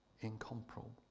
incomparable